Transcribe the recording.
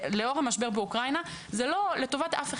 אז אני מעט מוטרדת.